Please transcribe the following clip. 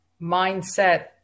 mindset